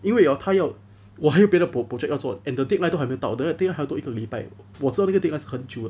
因为 hor 他要我还有别的 pro~ project 要做 and the deadline 都还没有到 then 那个 deadline 还有一个礼拜我知道那个 deadline 是很久